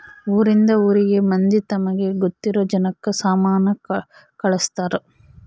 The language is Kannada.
ಊರಿಂದ ಊರಿಗೆ ಮಂದಿ ತಮಗೆ ಗೊತ್ತಿರೊ ಜನಕ್ಕ ಸಾಮನ ಕಳ್ಸ್ತರ್